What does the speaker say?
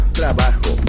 trabajo